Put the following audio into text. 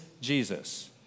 Jesus